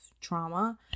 trauma